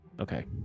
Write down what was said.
Okay